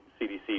CDC